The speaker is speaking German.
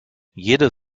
jede